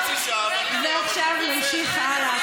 ועכשיו נמשיך הלאה.